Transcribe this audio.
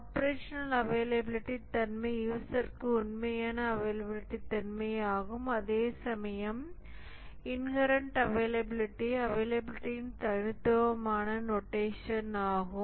operational availability தன்மை யூசர்க்கு உண்மையான அவைலபிலிடி தன்மை ஆகும் அதேசமயம் இன்ஹேரண்ட் அவைலபிலிடி அவைலபிலிடின் தனித்துவமான நோடேஷன் ஆகும்